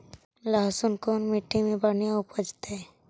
लहसुन कोन मट्टी मे बढ़िया उपजतै?